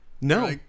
No